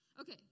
Okay